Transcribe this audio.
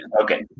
Okay